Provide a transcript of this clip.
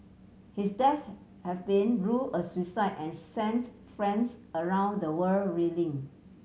his death have been rule a suicide and sent fans around the world reeling